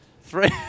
Three